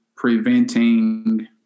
preventing